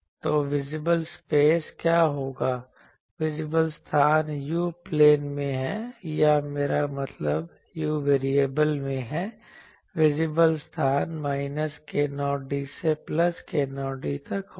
तो विजिबल स्थान क्या होगा विजिबल स्थान u प्लेन में है या मेरा मतलब u वैरिएबल में है विजिबल स्थान माइनस k0d से प्लस k0d तक होगा